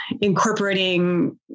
incorporating